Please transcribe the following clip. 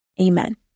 Amen